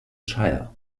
shire